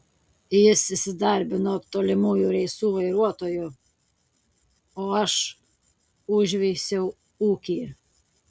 jis įsidarbino tolimųjų reisų vairuotoju o aš užveisiau ūkį